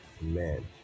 man